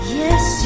yes